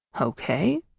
Okay